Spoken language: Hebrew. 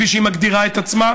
כפי שהיא מגדירה את עצמה,